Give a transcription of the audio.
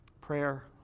Prayer